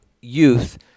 youth